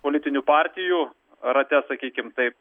politinių partijų rate sakykim taip